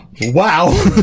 Wow